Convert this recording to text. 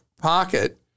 pocket